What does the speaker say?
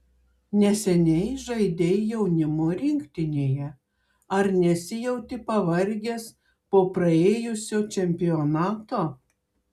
neseniai žaidei jaunimo rinktinėje ar nesijauti pavargęs po praėjusio čempionato